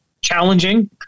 challenging